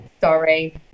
Sorry